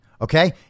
okay